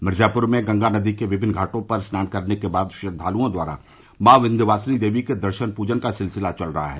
मिर्जाप्र में गंगा नदी के विभिन्न घाटों पर स्नान करने के बाद श्रद्धालुओं द्वारा माँ विन्ध्यवासिनी देवी के दर्शन पूजन का सिलसिला चल रहा है